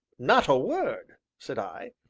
not a word! said i.